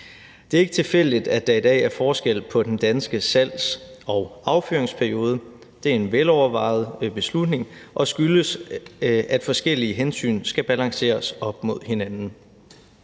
Det er ikke tilfældigt, at der i dag er forskel på den danske salgs- og affyringsperiode. Det er en velovervejet beslutning og skyldes, at forskellige hensyn skal balanceres op mod hinanden.